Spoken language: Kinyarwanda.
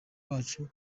bacu